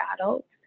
adults